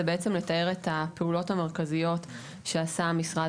זה בעצם לתאר את הפעולות המרכזיות שעשה המשרד